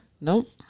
Nope